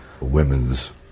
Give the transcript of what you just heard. women's